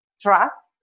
trust